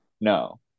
No